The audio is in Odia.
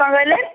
କ'ଣ କହିଲେ